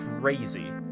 crazy